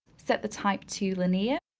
set the type to linear.